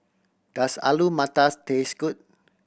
does Alu Matars taste good